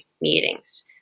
meetings